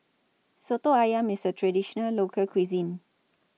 Soto Ayam IS A Traditional Local Cuisine